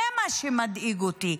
זה מה שמדאיג אותי.